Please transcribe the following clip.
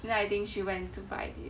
then I think she went to bite it